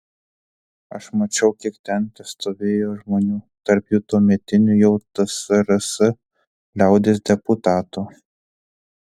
aš mačiau kiek ten testovėjo žmonių tarp jų tuometinių jau tsrs liaudies deputatų